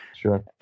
Sure